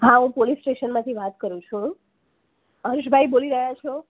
હાં હું પોલીસ સ્ટેશનમાંથી વાત કરું છું હર્ષભાઈ બોલી રહ્યા છો